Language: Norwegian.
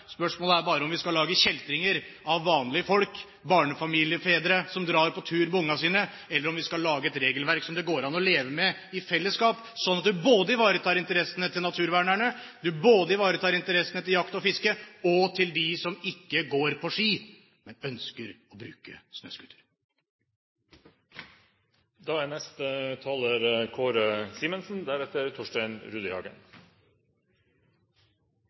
Spørsmålet er bare om vi skal lage kjeltringer av vanlige folk, barnefamiliefedre som drar på tur med ungene sine, eller om vi skal lage et regelverk som det går an å leve med i fellesskap, slik at vi ivaretar interessene både til naturvernerne, til jakt og fiske og til dem som ikke går på ski – men ønsker å bruke snøscooter. Dette blir en interessant debatt. Jeg synes det er